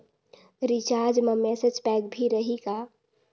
Recharge मा message pack भी रही का?